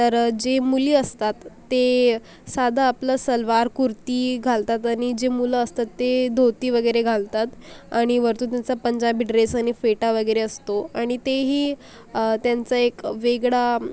तर जे मुली असतात ते साधा आपलं सलवार कुर्ती घालतात आणि जे मुलं असतात ते धोती वगैरे घालतात आणि वरतून त्यांचा पंजाबी ड्रेस आणि फेटा वगैरे असतो आणि ते ही त्यांचं एक वेगळा